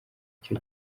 icyo